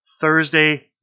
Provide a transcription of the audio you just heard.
thursday